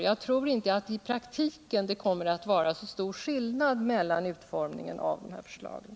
Jag tror därför att det i praktiken inte blir någon större skillnad.